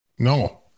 No